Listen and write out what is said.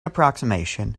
approximation